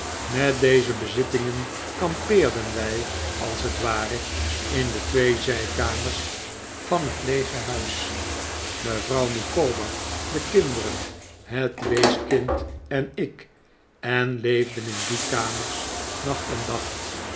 met deze bezittingen kampeerden wij als het ware in de twee zijkamers van het leege huis mevrouw micawber de kinderen het weeskind en ik en leefden in die kamers nacht en dag